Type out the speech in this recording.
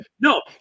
No